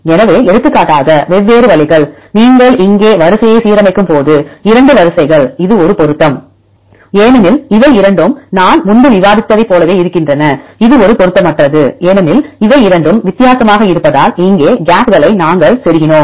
எனவே எடுத்துக்காட்டாக வெவ்வேறு வழிகள் நீங்கள் இங்கே வரிசையை சீரமைக்கும்போது 2 வரிசைகள் இது ஒரு பொருத்தம் ஏனெனில் இவை இரண்டும் நான் முன்பு விவாதித்ததைப் போலவே இருக்கின்றன இது ஒரு பொருத்தமற்றது ஏனெனில் இவை இரண்டும் வித்தியாசமாக இருப்பதால் இங்கே கேப்களை நாங்கள் செருகினோம்